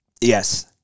Yes